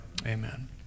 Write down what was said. Amen